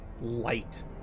light